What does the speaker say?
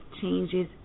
changes